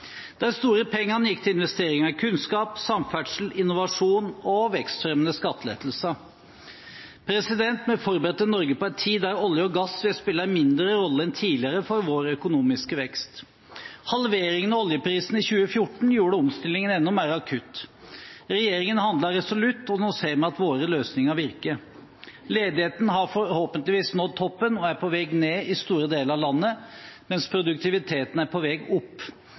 De store pengene gikk til investeringer i kunnskap, samferdsel, innovasjon og vekstfremmende skattelettelser. Vi forberedte Norge på en tid da olje og gass ville spille en mindre rolle enn tidligere for vår økonomiske vekst. Halveringen av oljeprisen i 2014 gjorde omstillingen enda mer akutt. Regjeringen handlet resolutt, og nå ser vi at våre løsninger virker. Ledigheten har forhåpentligvis nådd toppen og er på vei ned i store deler av landet, mens produktiviteten er på vei opp.